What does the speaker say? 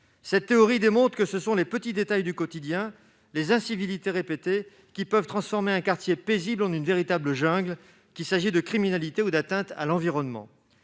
Cette théorie démontre en effet que les petits détails du quotidien et les incivilités répétées suffisent à transformer un quartier paisible en une véritable jungle, qu'il s'agisse de criminalité ou d'atteintes à l'environnement.